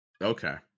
Okay